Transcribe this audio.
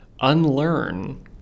unlearn